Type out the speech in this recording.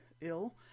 ill